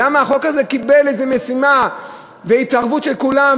למה החוק הזה קיבל מעמד של איזו משימה והתערבות של כולם,